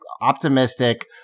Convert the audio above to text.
optimistic